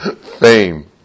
fame